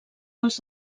pels